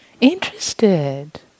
Interested